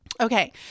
Okay